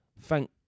thank